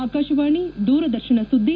ಆಕಾಶವಾಣಿ ದೂರದರ್ಶನ ಸುದ್ದಿ